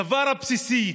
הדבר הבסיסי,